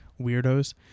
weirdos